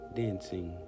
dancing